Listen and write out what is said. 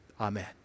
Amen